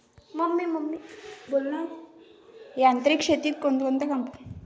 यांत्रिक शेतीत कोनकोनच्या यंत्राचं काम पडन?